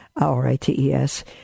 R-I-T-E-S